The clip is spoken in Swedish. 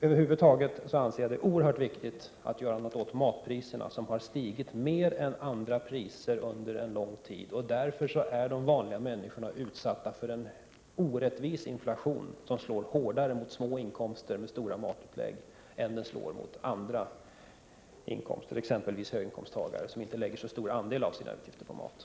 Över huvud taget anser jag att det är oerhört viktigt att göra något åt matpriserna, som har stigit mer än andra priser under lång tid. Därför är de vanliga människorna utsatta för en orättvis inflation som slår hårdare mot människor med små inkomster och stora matutlägg än mot andra, exempelvis höginkomsttagare, som inte lägger så stor andel av sina utgifter på maten.